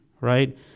right